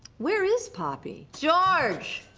where is poppy? george?